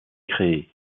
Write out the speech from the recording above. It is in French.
créé